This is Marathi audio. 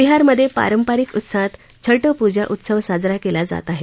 बिहारमधे पारंपारिक उत्साहात छट पूजा उत्सव साजरा केला जात आहे